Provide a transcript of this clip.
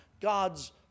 God's